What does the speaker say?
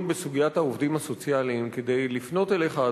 בסוגיית העובדים הסוציאליים כדי לפנות אליך,